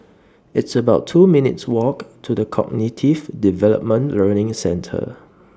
It's about two minutes' Walk to The Cognitive Development Learning Centre